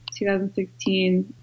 2016